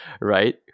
right